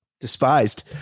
Despised